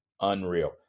unreal